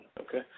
Okay